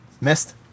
Missed